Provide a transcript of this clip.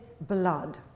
blood